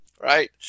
right